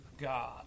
God